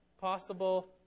Possible